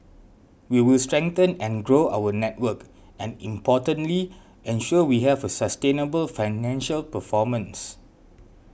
we will strengthen and grow our network and importantly ensure we have a sustainable financial performance